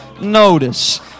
notice